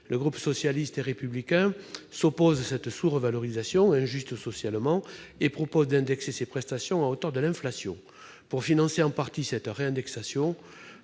Le groupe socialiste et républicain s'oppose à cette sous-revalorisation, injuste socialement, et propose d'indexer ces prestations à hauteur de l'inflation. Pour financer en partie cette réindexation,